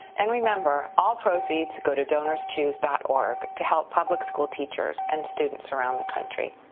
and remember, all proceeds go to donorchoose dot org to help public schoolteachers and students around the country.